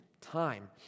time